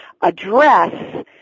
address